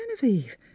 Genevieve